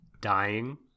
dying